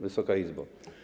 Wysoka Izbo!